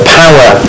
power